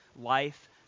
life